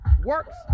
works